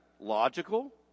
logical